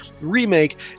remake